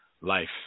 life